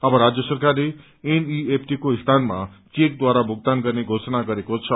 अब राज्य सरकारले एनईएफटी को स्थानमा चेकद्वारा भुक्तान गर्ने घोषणा गरेको छ